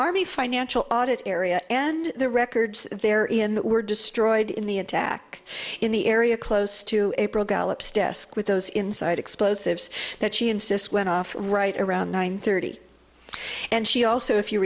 army financial audit area and the records they're in were destroyed in the attack in the area close to april gallops desk with those inside explosives that she insists went off right around nine thirty and she also if you